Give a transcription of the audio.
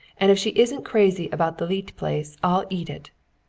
and if she isn't crazy about the leete place i'll eat it.